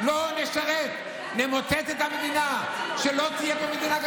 לא נשרת, נמוטט את המדינה, שלא תהיה פה מדינה.